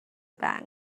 bank